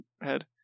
head